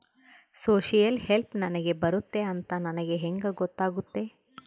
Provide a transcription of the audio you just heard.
Social help ನನಗೆ ಬರುತ್ತೆ ಅಂತ ನನಗೆ ಹೆಂಗ ಗೊತ್ತಾಗುತ್ತೆ?